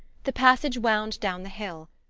the passage wound down the hill,